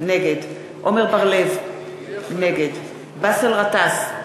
נגד עמר בר-לב, נגד באסל גטאס,